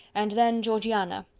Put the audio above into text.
and then georgiana,